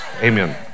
Amen